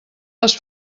les